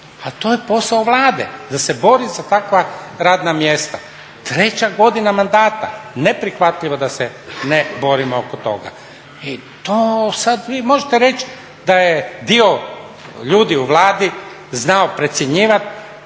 Ali to je posao Vlade da se bori za takva radna mjesta. Treća godina mandata neprihvatljivo da se borimo oko toga i to sada vi možete reći da je dio ljudi u Vladi znao precjenjivati